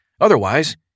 Otherwise